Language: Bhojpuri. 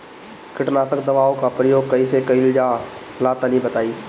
कीटनाशक दवाओं का प्रयोग कईसे कइल जा ला तनि बताई?